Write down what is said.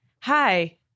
hi